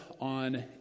on